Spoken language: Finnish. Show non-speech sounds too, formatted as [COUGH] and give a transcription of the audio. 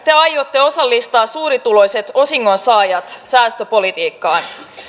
[UNINTELLIGIBLE] te aiotte osallistaa suurituloiset osingonsaajat säästöpolitiikkaan